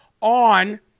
on